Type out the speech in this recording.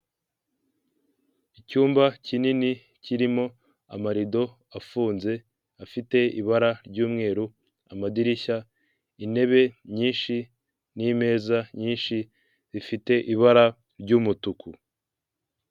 Icyumba kinini kirimo amarido afunze afite ibara ry'umweru, amadirishya, intebe nyinshi n'imeza nyinshi zifite ibara ry'umutuku.